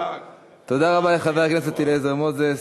תודה רבה לחבר הכנסת אליעזר מוזס.